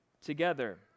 together